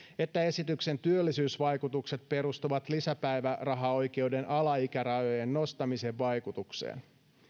että esityksen työllisyysvaikutukset perustuvat lisäpäivärahaoikeuden alaikärajojen nostamisen vaikutukseen